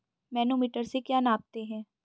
Manometer से क्या नापते हैं?